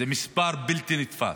זה מספר בלתי נתפס.